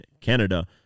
Canada